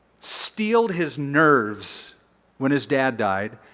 steeled his nerves when his dad died.